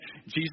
Jesus